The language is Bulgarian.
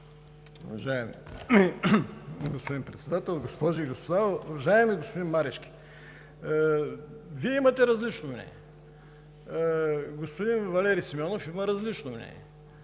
Уважаеми господин Председател, госпожи и господа! Уважаеми господин Марешки, Вие имате различно мнение, господин Валери Симеонов има различно мнение.